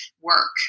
work